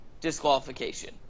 disqualification